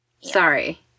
sorry